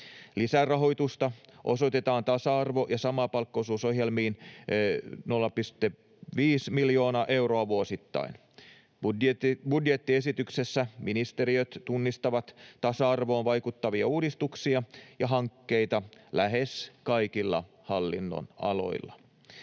Lisärahoitusta osoitetaan tasa-arvo- ja samapalkkaisuusohjelmiin 0,5 miljoonaa euroa vuosittain. Budjettiesityksessä ministeriöt tunnistavat tasa-arvoon vaikuttavia uudistuksia ja hankkeita lähes kaikilla hallinnonaloilla.